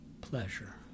pleasure